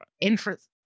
interest